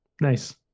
Nice